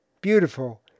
beautiful